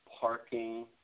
parking